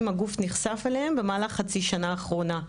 הגוף נחשף אליהם במהלך חצי השנה האחרונה,